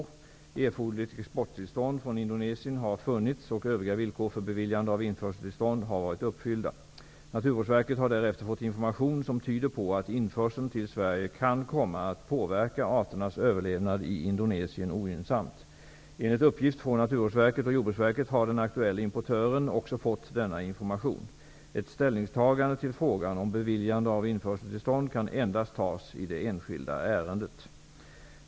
Erforderligt exporttillstånd från Indonesien har funnits, och övriga villkor för beviljande av införseltillstånd har varit uppfyllda. Naturvårdsverket har därefter fått information som tyder på att införseln till Sverige kan komma att påverka arternas överlevnad i Indonesien ogynnsamt. Enligt uppgift från Naturvårdsverket och Jordbruksverket har den aktuelle importören också fått denna information. Ställning till frågan om beviljande av införseltillstånd kan endast tas i det enskilda ärendet.